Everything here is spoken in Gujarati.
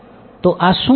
તો આ શું થશે